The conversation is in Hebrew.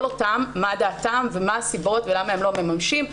אותם מה דעתם ומה הסיבות ולמה הם לא מממשים.